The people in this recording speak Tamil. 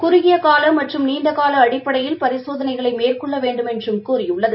குறகியகாலமற்றும் நீண்டகாலஅடிப்படையில் பரிசோதனைகளைமேற்கொள்ளவேண்டுமென்றும் கூறியுள்ளது